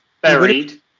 buried